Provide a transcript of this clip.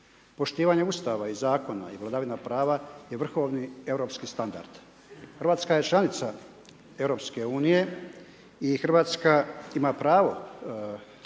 Poštivanje Ustava i Zakona i vladavina prava je vrhovni europski standard. RH je članica EU i RH ima pravo,